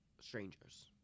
strangers